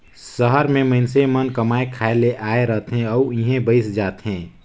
सहर में मइनसे मन कमाए खाए ले आए रहथें अउ इहें बइस जाथें